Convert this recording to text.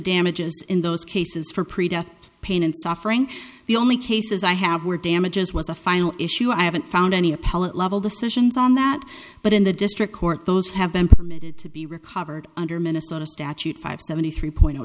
damages in those cases for pre death pain and suffering the only cases i have were damages was a final issue i haven't found any appellate level decisions on that but in the district court those have been permitted to be recovered under minnesota statute five seventy three point